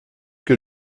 que